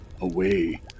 away